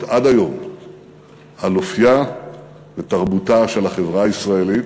עד היום על אופייה ותרבותה של החברה הישראלית,